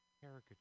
caricature